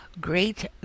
great